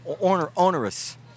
onerous